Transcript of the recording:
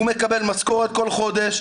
הוא מקבל משכורת כל חודש,